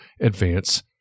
advance